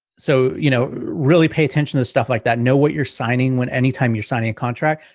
so you know, really pay attention to stuff like that, know what you're signing, when anytime you're signing a contract,